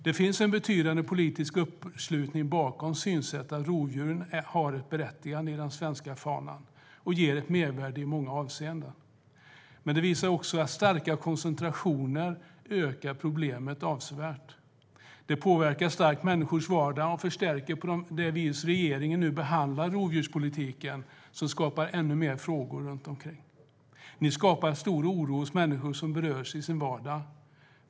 Det finns en betydande politisk uppslutning bakom synsättet att rovdjuren har ett berättigande i den svenska faunan och ger ett mervärde i många avseenden. Men det visar också att starka koncentrationer ökar problemet avsevärt. Det påverkar starkt människors vardag och förstärker hur regeringen behandlar rovdjurspolitiken, vilket skapar ännu fler frågor. Ni skapar stor oro hos människor som berörs i sin vardag.